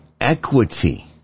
equity